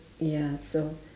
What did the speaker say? ya so